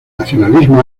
nacionalismo